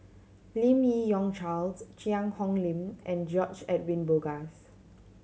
Lim Yi Yong Charles Cheang Hong Lim and George Edwin Bogaars